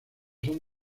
son